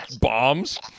bombs